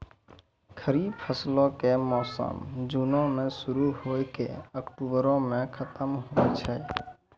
खरीफ फसलो के मौसम जूनो मे शुरु होय के अक्टुबरो मे खतम होय छै